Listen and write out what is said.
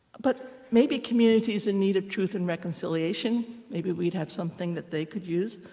but maybe communities in need of truth and reconciliation. maybe we'd have something that they could use.